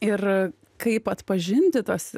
ir kaip atpažinti tas